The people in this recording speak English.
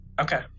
Okay